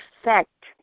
effect